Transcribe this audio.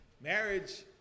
marriage